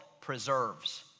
preserves